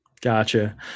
Gotcha